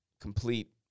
complete